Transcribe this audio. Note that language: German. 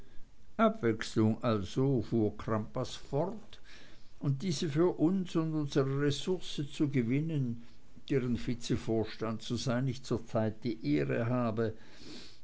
abwechslung also fuhr crampas fort und diese für uns und unsere ressource zu gewinnen deren vizevorstand zu sein ich zur zeit die ehre habe